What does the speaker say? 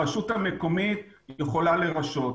הרשות המקומית יכולה לרשות,